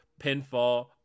pinfall